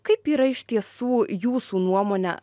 kaip yra iš tiesų jūsų nuomone